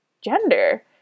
gender